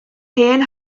hen